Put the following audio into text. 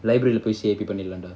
library பண்ணிடலாம்டா:pannitalamda C_I_P